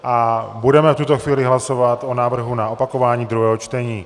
A budeme v tuto chvíli hlasovat o návrhu na opakování druhého čtení.